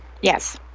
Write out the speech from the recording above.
Yes